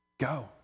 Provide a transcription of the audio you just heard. Go